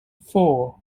four